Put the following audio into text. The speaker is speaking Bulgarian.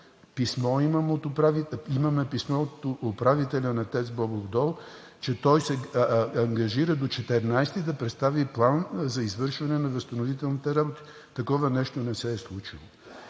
писмо от управителя на ТЕЦ „Бобов дол“, че той се ангажира до 14-и да представи план за извършване на възстановителните работи. Такова нещо не се е случило.